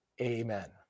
amen